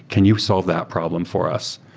can you solve that problem for us?